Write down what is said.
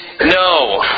no